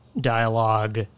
dialogue